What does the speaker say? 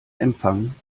empfang